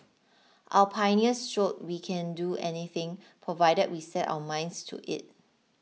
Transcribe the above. our pioneers showed we can do anything provided we set our minds to it